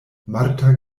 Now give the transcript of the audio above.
marta